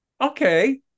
okay